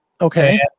Okay